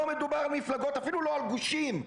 לא מדובר על מפלגות ואפילו לא על גושים.